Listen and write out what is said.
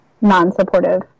non-supportive